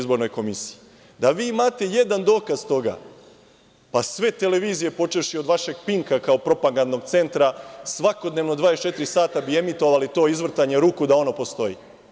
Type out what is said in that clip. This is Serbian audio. Da vi imate i jedan dokaz toga, pa sve televizije, počevši od vašeg Pink-a kao propagandnog centra svakodnevno 24 sata bi emitovali to izvrtanje ruku da ono postoji.